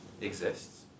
exists